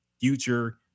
Future